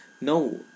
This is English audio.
no